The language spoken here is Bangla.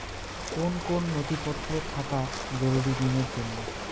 কোন কোন নথিপত্র থাকা জরুরি ঋণের জন্য?